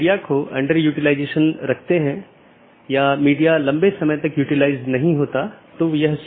network layer reachability की जानकारी जिसे NLRI के नाम से भी जाना जाता है